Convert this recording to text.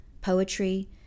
poetry